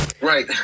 Right